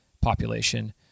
population